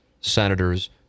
senators